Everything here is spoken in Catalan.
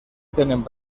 tenen